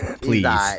Please